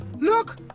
Look